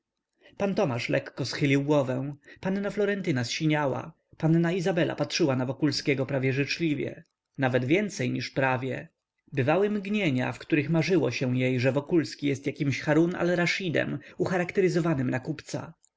pan tomasz lekko schylił głowę panna florentyna zsiniała panna izabela patrzyła na wokulskiego prawie życzliwie nawet więcej niż prawie bywały mgnienia w których marzyło się jej że wokulski jest jakimś harun-al-raszydem ucharakteryzowanym na kupca w sercu